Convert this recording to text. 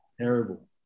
terrible